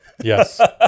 Yes